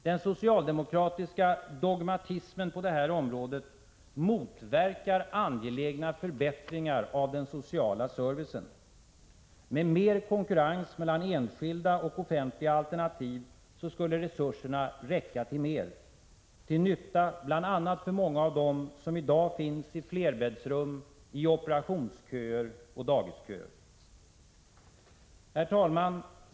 Den socialdemokratiska dogmatismen på det här området motverkar angelägna förbättringar av den sociala servicen. Med mer konkurrens mellan enskilda och offentliga alternativ skulle resurserna räcka till mer — till nytta bl.a. för många som i dag finns i flerbäddsrum, i operationsköer eller i dagisköer. Herr talman!